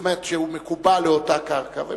זאת אומרת מקובע באותה קרקע.